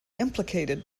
implicated